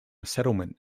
settlement